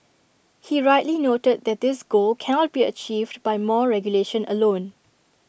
he rightly noted that this goal cannot be achieved by more regulation alone